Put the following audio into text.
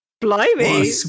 Blimey